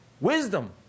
Wisdom